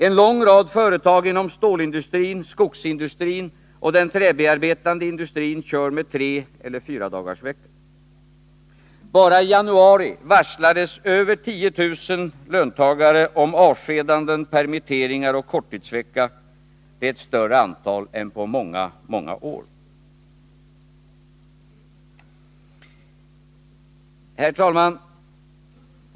En lång rad företag inom stålindustrin, skogsindustrin och den träbearbetande industrin kör med 3 eller 4-dagarsvecka. Bara i januari varslades över 10 000 löntagare om avskedanden, permitteringar och korttidsvecka, ett större antal än på många många år. Herr talman!